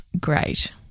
great